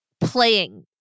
playing